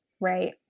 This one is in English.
Right